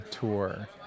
tour